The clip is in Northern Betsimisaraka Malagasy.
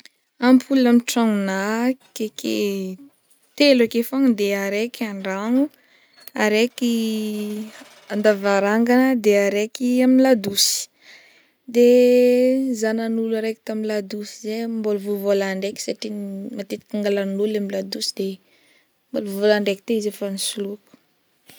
Ampola amy tranogna akeke telo ake fognany, araiky andragno de araiky andavarangana, de araiky amy ladosy, de zaho nagnolo araiky tamy ladosy zay mbola voa vola-ndraiky satria n- matetiky angalarin'olo le tamy ladosy de mbola volan-draiky teo izy efa soloiko.